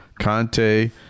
Conte